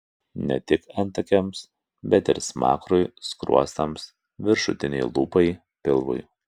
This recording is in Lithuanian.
ne tik antakiams bet ir smakrui skruostams viršutinei lūpai pilvui